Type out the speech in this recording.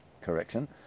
correction